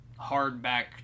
hardback